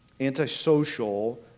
Antisocial